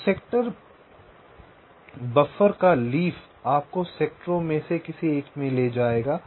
तो sector buffer का leaf आपको सेक्टरों में से एक में ले जाएगा